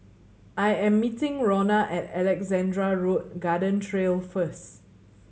I am meeting Rhona at Alexandra Road Garden Trail first